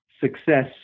success